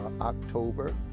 october